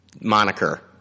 moniker